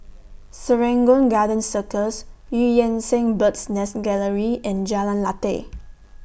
Serangoon Garden Circus EU Yan Sang Bird's Nest Gallery and Jalan Lateh